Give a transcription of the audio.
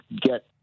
get